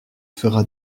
fera